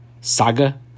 saga